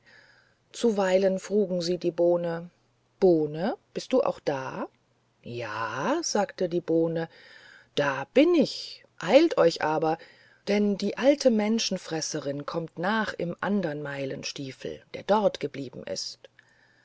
zuweilen frugen sie die bohne bohne bist du auch da ja sagte die bohne da bin ich eilt euch aber denn die alte menschenfresserin kommt nach im andern meilenstiefel der dort geblieben ist